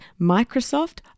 Microsoft